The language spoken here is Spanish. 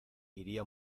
iría